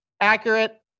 accurate